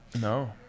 no